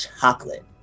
chocolate